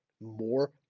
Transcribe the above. more